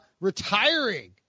retiring